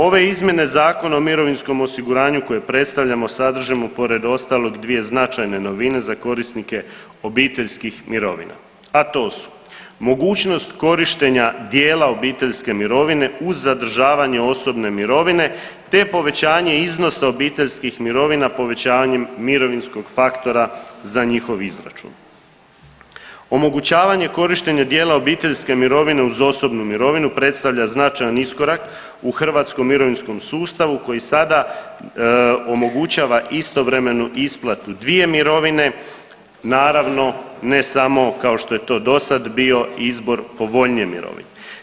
Ove izmjene Zakona o mirovinskom osiguranju koje predstavljamo sadrži pored ostalog dvije značajne novine za korisnike obiteljskih mirovina, a to su mogućnost korištenja dijela obiteljske mirovine uz zadržavanje osobne mirovine te povećanje iznosa obiteljskih mirovina povećanjem mirovinskog faktora za njihov izračun, omogućavanje korištenja dijela obiteljske mirovine uz osobnu mirovinu predstavlja značajan iskorak u hrvatskom mirovinskom sustavu koji sada omogućava istovremenu isplatu dvije mirovine, naravno ne samo kao što je to do sad bio izbor povoljnije mirovine.